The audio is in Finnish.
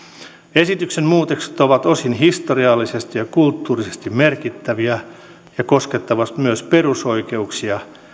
esityksen muutokset ovat osin historiallisesti ja kulttuurisesti merkittäviä ja koskettavat myös perusoikeuksia